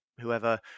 whoever